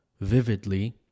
vividly